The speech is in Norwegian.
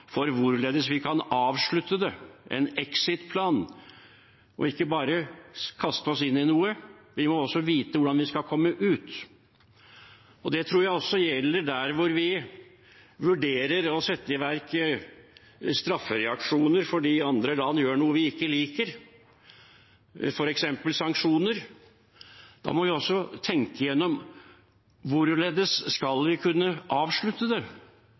for hvordan vi kan avslutte det, en exit-plan, og ikke bare kaste oss inn noe. Vi må også vite hvordan vi skal komme ut. Det tror jeg også gjelder når vi vurderer å sette i verk straffereaksjoner fordi andre land gjør noe vi ikke liker, f.eks. sanksjoner. Da må vi også tenke igjennom: Hvordan skal vi kunne avslutte det?